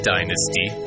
Dynasty